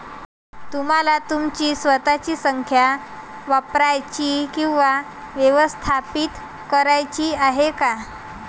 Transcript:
तुम्हाला तुमची स्वतःची संख्या वापरायची किंवा व्यवस्थापित करायची आहे का?